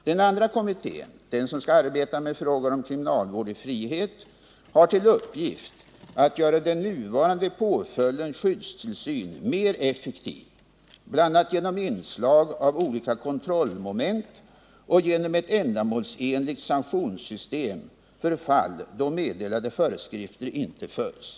Den kommitté som skall arbeta med frågor om kriminalvård i frihet har till uppgift att göra den nuvarande påföljden skyddstillsyn mer effektiv bl.a. genom inslag av olika kontrollmoment och genom ett ändamålsenligt sanktionssystem för fall då meddelade föreskrifter inte följs.